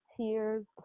tears